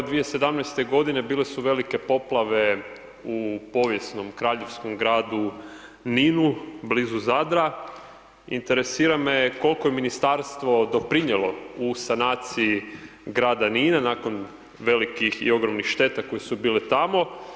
2017. g. bile su velike poplave u povijesnom kraljevskom gradu Ninu blizu Zadra, interesira me koliko je ministarstvo doprinijelo u sanaciji grada Nina, nakon velikih i ogromnih šteta, koje su bile tamo.